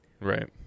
right